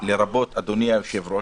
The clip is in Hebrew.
לרבות היושב-ראש.